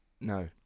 no